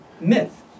Myth